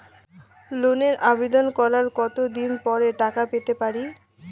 লোনের আবেদন করার কত দিন পরে টাকা পেতে পারি?